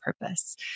purpose